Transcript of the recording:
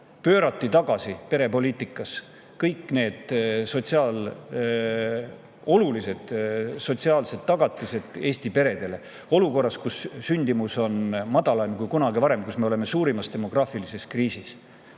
pöörati tagasi kõik need olulised sotsiaalsed tagatised Eesti peredele, olukorras, kus sündimus on madalam kui kunagi varem, kus me oleme suurimas demograafilises kriisis.